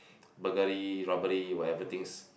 burglary robbery whatever things